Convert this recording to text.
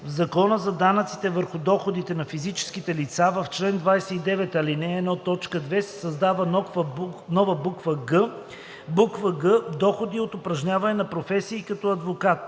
„В Закона за данъците върху доходите на физическите лица, в чл. 29, ал. 1, т. 2, се създава нова буква „г“: „г) доходи от упражняване на професия като адвокат.“